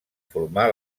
formar